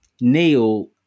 Neil